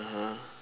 (uh huh)